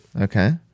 Okay